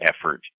effort